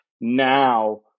Now